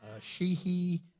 she-he